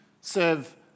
serve